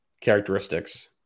characteristics